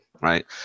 Right